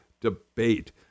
debate